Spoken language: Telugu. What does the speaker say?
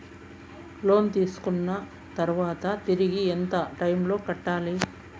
లోను తీసుకున్న తర్వాత తిరిగి ఎంత టైములో కట్టాలి